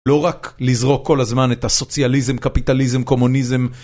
לא רק לזרוק כל הזמן את הסוציאליזם, קפיטליזם, קומוניזם.